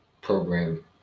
program